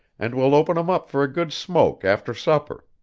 and we'll open em up for a good smoke after supper.